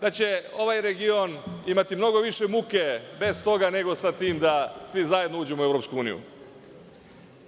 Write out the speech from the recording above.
da će ovaj region imati mnogo više muke bez toga, nego sa tim da svi zajedno uđemo u EU.